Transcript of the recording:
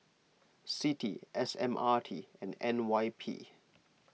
Citi S M R T and N Y P